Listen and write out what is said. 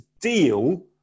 deal